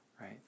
right